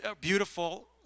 beautiful